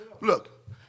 Look